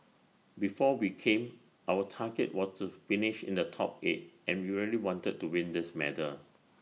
before we came our target was to finish in the top eight and we really wanted to win this medal